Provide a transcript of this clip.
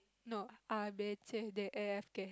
no